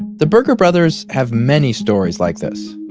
the berger brothers have many stories like this.